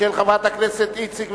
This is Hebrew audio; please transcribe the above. התש"ע 2010,